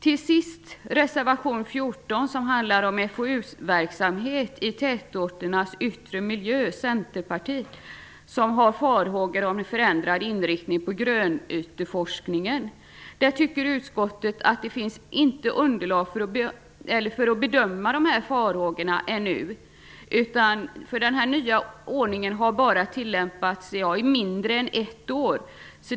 Till sist reservation 14, som handlar om FOU verksamhet i tätorternas yttre miljö. Centerpartiet framför där farhågor om en förändrad inriktning på grönyteforskningen. Utskottet anser att det ännu inte finns underlag för att bedöma dessa farhågor, eftersom den nya ordningen bara har tillämpats i mindre än ett år.